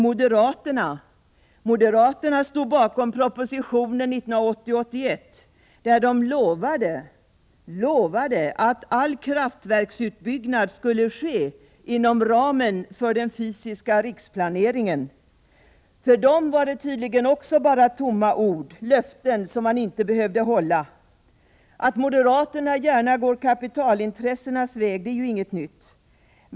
Moderaterna står bakom propositionen 1980/81, då de lovade att all kraftverksutbyggnad skulle ske inom ramen för den fysiska riksplaneringen. För dem var det tydligen också bara tomma ord — löften som man inte behövde hålla. Att moderaterna gärna går kapitalintressenas väg är ju inget nytt.